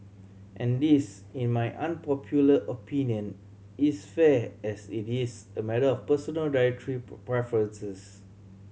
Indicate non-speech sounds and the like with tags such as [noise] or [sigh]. and this in my unpopular opinion is fair as it is a matter of personal dietary [unintelligible] preferences